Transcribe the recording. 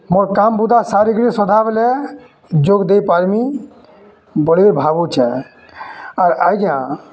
ମୋର୍ କାମ ବୁଧା ସାରିକରି ସଦାବେଲେ ଯୋଗ୍ ଦେଇପାର୍ମି ବଲିକରି ଭାବୁଛେଁ ଆର୍ ଆଜ୍ଞା